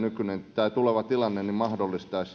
tämä tuleva tilanne mahdollistaisi